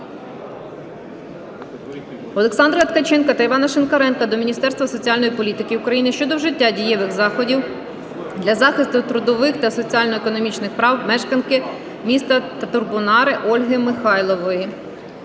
Олександра Ткаченка та Івана Шинкаренка до Міністерства соціальної політики України щодо вжиття дієвих заходів для захисту трудових та соціально-економічних прав мешканки міста Татарбунари Ольги Михайлової.